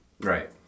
Right